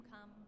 come